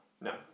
No